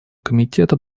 комитета